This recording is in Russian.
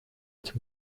этим